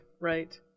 right